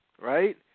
right